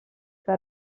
que